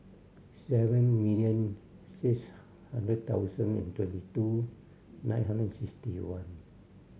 seven million six hundred thousand and twenty two nine hundred and sixty one